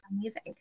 Amazing